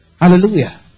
Hallelujah